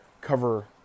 cover